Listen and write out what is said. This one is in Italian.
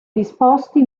disposti